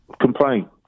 complain